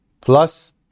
plus